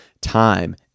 time